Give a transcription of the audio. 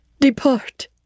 Depart